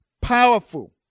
powerful